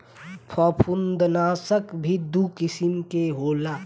फंफूदनाशक भी दू किसिम के होला